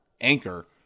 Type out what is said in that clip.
anchor